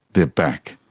they're back.